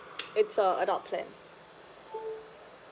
it's a adult plan